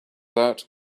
out